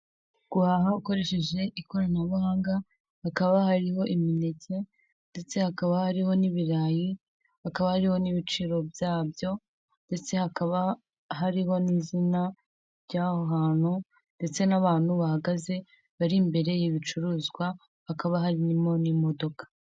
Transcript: Guhaha ukoresheje ikoranabuhanga, hakaba hariho imineke, ndetse hakaba hariho n'ibirayi, hakaba hariho n'ibiciro bya byo, ndetse hakaba hariho n'izina ry'aho hantu, ndetse n'abantu bahagaze bari imbere y'ibicuruzwa, hakaba harimo n'imodoka.